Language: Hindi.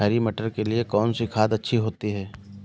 हरी मटर के लिए कौन सी खाद अच्छी होती है?